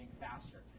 faster